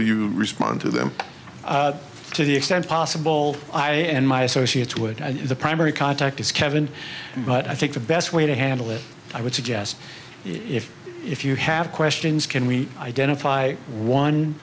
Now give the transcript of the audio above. you respond to them to the extent possible i in my associates would the primary contact is kevin but i think the best way to handle it i would suggest if if you have questions can we identify one